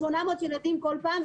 1,800 ילדים כל פעם,